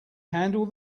handle